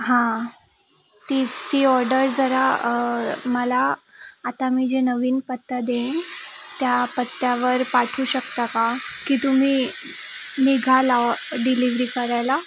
हां तीच ती ऑर्डर जरा मला आता मी जे नवीन पत्ता देईन त्या पत्त्यावर पाठवू शकता का की तुम्ही निघाला डिलिवरी करायला